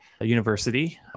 university